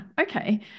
Okay